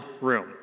room